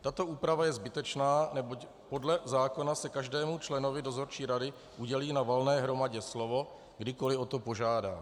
Tato úprava je zbytečná, neboť podle zákona se každému členovi dozorčí rady udělí na valné hromadě slovo, kdykoli o to požádá.